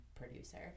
producer